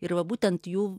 ir va būtent jų